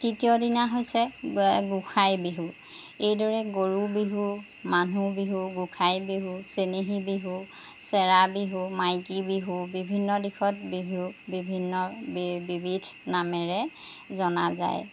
তৃতীয়দিনা হৈছে গোসাঁই বিহু এইদৰে গৰু বিহু মানুহ বিহু গোসাঁই বিহু চেনেহী বিহু চেৰা বিহু মাইকী বিহু বিভিন্ন দিশত বিহু বিভিন্ন বিবিধ নামেৰে জনা যায়